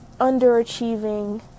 underachieving